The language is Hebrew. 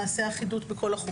נעשה אחידות בכל החוקים.